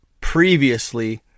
previously